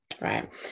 right